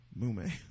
Mume